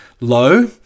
low